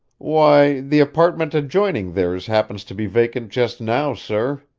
why, the apartment adjoining theirs happens to be vacant just now, sir.